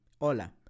hola